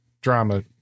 drama